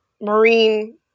Marine